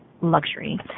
luxury